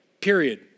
period